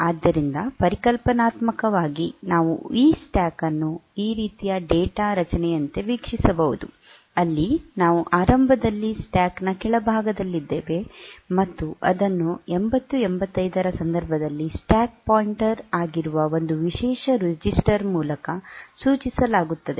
ಆದ್ದರಿಂದ ಪರಿಕಲ್ಪನಾತ್ಮಕವಾಗಿ ನಾವು ಈ ಸ್ಟ್ಯಾಕ್ ಅನ್ನು ಈ ರೀತಿಯ ಡೇಟಾ ರಚನೆಯಂತೆ ವೀಕ್ಷಿಸಬಹುದು ಅಲ್ಲಿ ನಾವು ಆರಂಭದಲ್ಲಿ ಸ್ಟ್ಯಾಕ್ ನ ಕೆಳಭಾಗದಲ್ಲಿದ್ದೇವೆ ಮತ್ತು ಅದನ್ನು 8085 ರ ಸಂದರ್ಭದಲ್ಲಿ ಸ್ಟ್ಯಾಕ್ ಪಾಯಿಂಟರ್ ಆಗಿರುವ ಒಂದು ವಿಶೇಷ ರಿಜಿಸ್ಟರ್ ಮೂಲಕ ಸೂಚಿಸಲಾಗುತ್ತದೆ